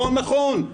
לא נכון,